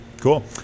Cool